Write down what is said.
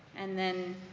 and then